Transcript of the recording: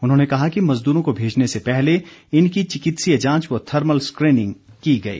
उन्होंने कहा कि मजदूरों को भेजने से पहले इनकी चिकित्सकीय जांच व थर्मल स्क्रीनिंग की गई